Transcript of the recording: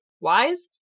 wise